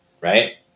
right